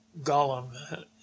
Gollum